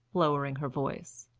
lowering her voice.